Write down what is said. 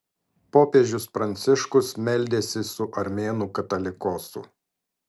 popiežius pranciškus meldėsi su armėnų katolikosu